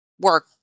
work